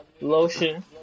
lotion